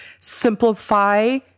simplify